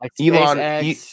Elon